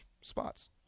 spots